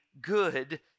good